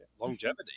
Longevity